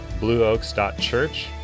blueoaks.church